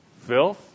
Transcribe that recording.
filth